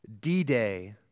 D-Day